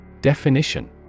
Definition